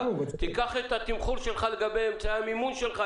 קח את התמחור שלך לגבי אמצעי המימון שלך,